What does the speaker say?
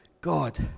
God